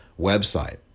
website